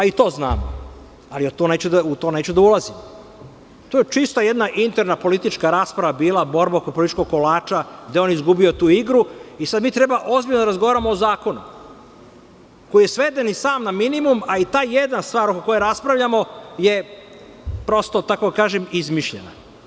I to znamo, ali u to neću da ulazim, to je jedna interna rasprava bila, borba oko političkog kolača, gde je on izgubio tu igru i sada mi treba ozbiljno da razgovaramo o zakonu koji je sveden i sam na minimum, a i ta jedna stvar o kojoj raspravljamo je izmišljena.